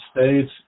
States